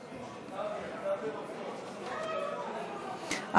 מרב מיכאלי, בבקשה.